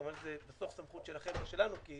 כמובן שבסוף הסמכות שלכם, לא שלנו.